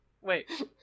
Wait